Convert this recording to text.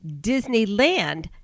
Disneyland